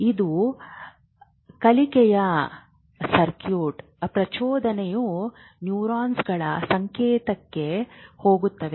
ಇದು ಕಲಿಕೆಯ ಸರ್ಕ್ಯೂಟ್ ಪ್ರಚೋದನೆಯು ನ್ಯೂರಾನ್ಗಳ ಸಂಕೇತಕ್ಕೆ ಹೋಗುತ್ತದೆ